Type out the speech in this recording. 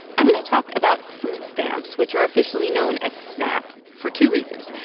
i'm going to talk about food stamps, which are officially known as snap, for two reasons.